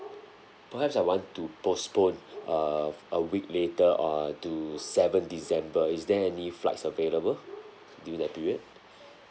perhaps I want to postpone err a week later on to seven december is there any flights available during that period